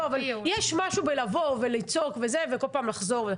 יש משהו בלבוא ולצעוק וזה וכל פעם לחזור.